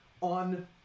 on